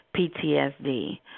PTSD